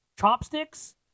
chopsticks